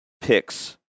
picks